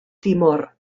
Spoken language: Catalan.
timor